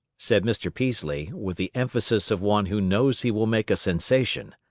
said mr. peaslee, with the emphasis of one who knows he will make a sensation.